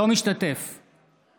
אינו משתתף בהצבעה